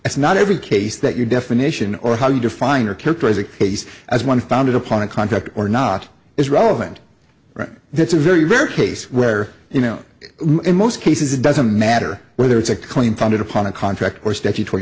it's not every case that your definition or how you define or characterize a case as one founded upon a contract or not is relevant and that's a very rare case where you know in most cases it doesn't matter whether it's a claim founded upon a contract or statutory